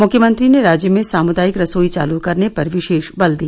मुख्यमंत्री ने राज्य में सामुदायिक रसोई चालू करने पर विशेष बल दिया